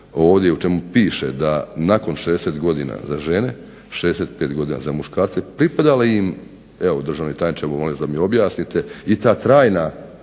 ovdje, o čemu piše, da nakon 60 godina za žene, 65 godina za muškarce, pripada li im, evo državni tajniče molim vas da mi objasnite, i to trajno